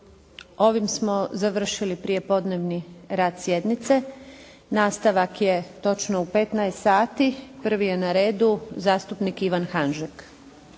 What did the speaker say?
Ovim smo završili prijepodnevni rad sjednice. Nastavak je točno u 15 sati. Prvi je na redu zastupnik Ivan Hanžek.